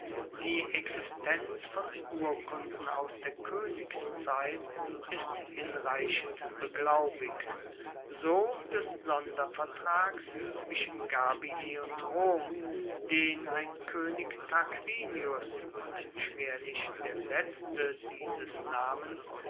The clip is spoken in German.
die existenz von urkunden aus der koenigszeit ist hinreichend beglaubigt so des sondervertrags zwischen gabii und rom den ein koenig tarquinius und schwerlich der letzte dieses namens